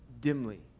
dimly